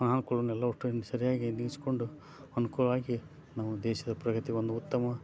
ಅನನುಕೂಲಾನ ಎಲ್ಲ ಒಟ್ಟು ಸರಿಯಾಗಿ ನೀಗಿಸಿಕೊಂಡು ಅನುಕೂಲವಾಗಿ ನಮ್ಮ ದೇಶದ ಪ್ರಗತಿಗೆ ಒಂದು ಉತ್ತಮ